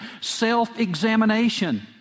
self-examination